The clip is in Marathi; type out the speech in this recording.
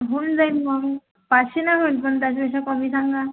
होऊन जाईल मग पाचशे नाही होईल पण त्याच्यापेक्षा कमी सांगा